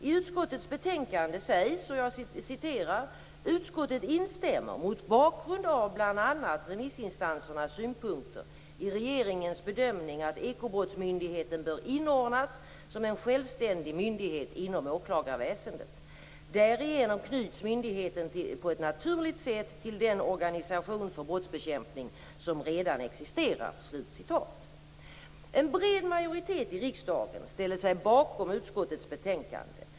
I utskottets betänkande säger man: "Utskottet instämmer - mot bakgrund av bl.a. remissinstansernas synpunkter - i regeringens bedömning att Ekobrottsmyndigheten bör inordnas som en självständig myndighet inom åklagarväsendet. Därigenom knyts myndigheten på ett naturligt sätt till den organisation för brottsbekämpning som redan existerar." En bred majoritet i riksdagen ställer sig bakom utskottets skrivning i betänkandet.